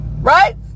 right